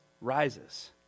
rises